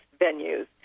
venues